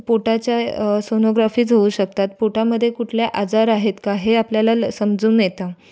पोटाच्या सोनोग्राफीज होऊ शकतात पोटामध्ये कुठले आजार आहेत का हे आपल्याला ल समजून येतं